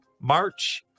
March